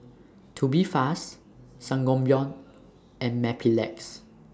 Tubifast Sangobion and Mepilex